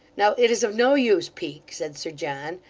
now, it is of no use, peak said sir john,